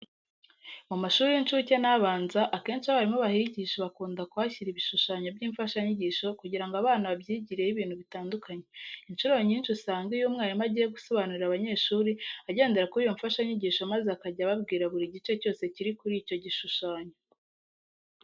Mu mashuri y'incuke n'abanza akenshi abarimu bahigisha bakunda kuhashyira ibishushanyo by'imfashanyigisho kugira ngo abana babyigireho ibintu bitandukanye. Incuro nyinshi usanga iyo umwarimu agiye gusobanurira abanyeshuri agendera kuri iyo mfashanyigisho maze akajya ababwira buri gice cyose kiri kuri icyo gishushanyo.